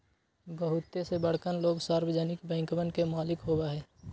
बहुते से बड़कन लोग सार्वजनिक बैंकवन के मालिक होबा हई